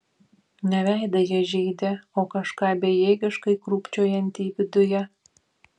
ne veidą jie žeidė o kažką bejėgiškai krūpčiojantį viduje